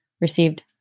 received